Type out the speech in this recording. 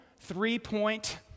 three-point